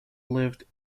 lived